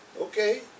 okay